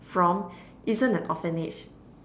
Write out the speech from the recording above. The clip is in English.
from isn't an orphanage